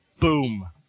Boom